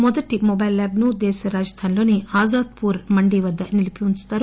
మొదటి mobile lab ను దేశ రాజధానిలోని ఆజాద్ పూర్ మండీ వద్ద నిలిపి ఉంచుతారు